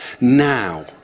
now